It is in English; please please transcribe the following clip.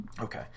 Okay